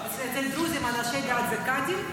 זה קאדים?